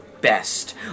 best